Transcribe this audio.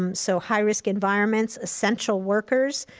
um so high-risk environments, essential workers,